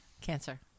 Cancer